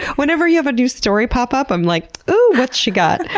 whenever you have a new story pop up, um like, oooh! what's she got?